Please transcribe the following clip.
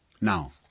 Now